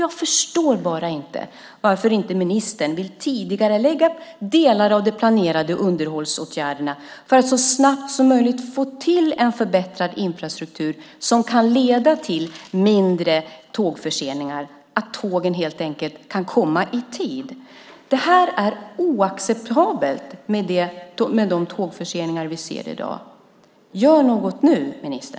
Jag förstår bara inte varför inte ministern vill tidigarelägga delar av de planerade underhållsåtgärderna för att så snabbt som möjligt få till en förbättrad infrastruktur som kan leda till mindre tågförseningar - att tågen helt enkelt kan komma i tid. Det är oacceptabelt med de tågförseningar vi ser i dag. Gör något nu, ministern!